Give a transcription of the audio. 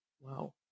Wow